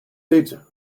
teacher